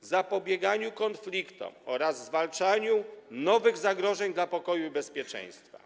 zapobieganiu konfliktom oraz zwalczaniu nowych zagrożeń dla pokoju i bezpieczeństwa.